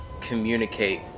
communicate